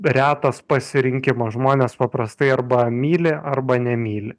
retas pasirinkimas žmonės paprastai arba myli arba nemyli